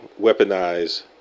weaponize